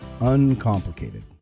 uncomplicated